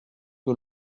que